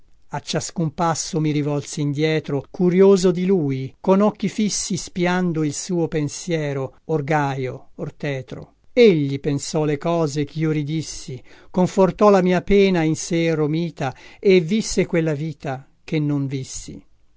a ciascun passo mi rivolsi indietro curioso di lui con occhi fissi spiando il suo pensiero or gaio or tetro egli pensò le cose chio ridissi confortò la mia pena in sè romita e visse quella vita che non vissi